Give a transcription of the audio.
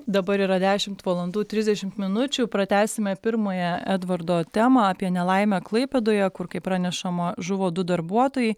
dabar yra dešimt valandų trisdešimt minučių pratęsime pirmąją edvardo temą apie nelaimę klaipėdoje kur kaip pranešama žuvo du darbuotojai